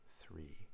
three